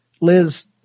Liz